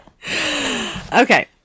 Okay